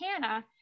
Hannah